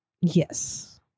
yes